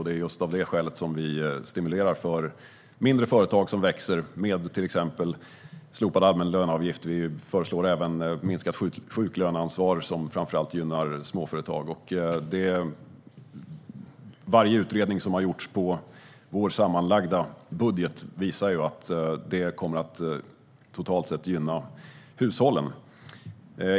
Det är just av det skälet som vi vill stimulera mindre, växande företag, till exempel med slopad allmän löneavgift. Vi föreslår även minskat sjuklöneansvar, vilket framför allt gynnar småföretag. Varje utredning som har gjorts beträffande vår sammanlagda budget visar att den, totalt sett, kommer att gynna hushållen.